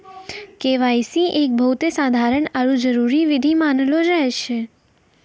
KYC एक बहुते साधारण आरु जरूरी विधि मानलो जाय छै